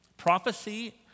Prophecy